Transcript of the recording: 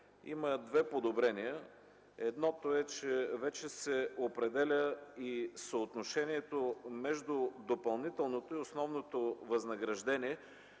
има две подобрения. Едното е, че вече се определя и съотношението между допълнителното и основното възнаграждение